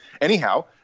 anyhow –